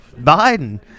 Biden